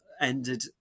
ended